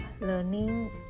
learning